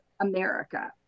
America